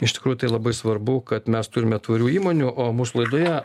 iš tikrųjų tai labai svarbu kad mes turime tvarių įmonių o mūsų laidoje